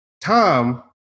tom